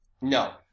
No